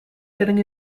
getting